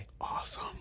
Awesome